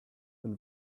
been